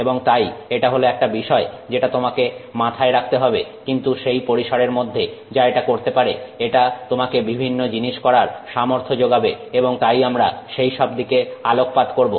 এবং তাই এটা হলো একটা বিষয় যেটা তোমাকে মাথায় রাখতে হবে কিন্তু সেই পরিসরের মধ্যে যা এটা করতে পারে এটা তোমাকে বিভিন্ন জিনিস করার সামর্থ্য যোগাবে এবং তাই আমরা সেইসব দিকে আলোকপাত করব